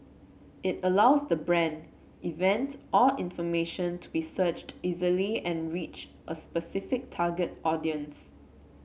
it allows the brand event or information to be searched easily and reach a specific target audience